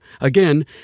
Again